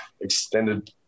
extended